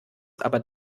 aber